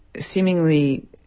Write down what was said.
seemingly